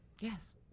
Yes